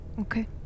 Okay